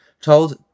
told